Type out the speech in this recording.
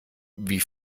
wie